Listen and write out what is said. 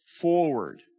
forward